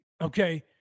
okay